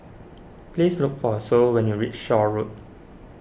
please look for Sol when you reach Shaw Road